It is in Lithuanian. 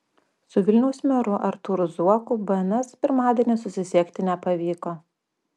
su vilniaus meru artūru zuoku bns pirmadienį susisiekti nepavyko